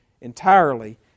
entirely